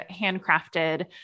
handcrafted